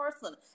person